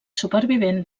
supervivent